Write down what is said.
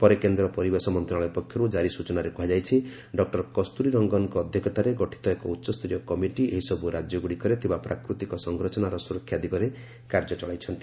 ପରେ କେନ୍ଦ୍ର ପରିବେଶ ମନ୍ତ୍ରଣାଳୟ ପକ୍ଷରୁ ଜାରି ସୂଚନାରେ କୁହାଯାଇଛି ଡକୁର କସ୍ତୁରୀ ରଙ୍ଗନଙ୍କ ଅଧ୍ୟକ୍ଷତାରେ ଗଠିତ ଏକ ଉଚ୍ଚସ୍ତରୀୟ କମିଟି ଏହିସବୁ ରାଜ୍ୟଗୁଡ଼ିକରେ ଥିବା ପ୍ରାକୃତିକ ସଂରଚନାର ସୁରକ୍ଷା ଦିଗରେ କାର୍ଯ୍ୟ ଚଳାଇଛନ୍ତି